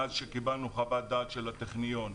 מאז שקיבלנו חוות דעת של הטכניון,